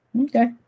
Okay